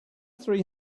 three